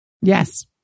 Yes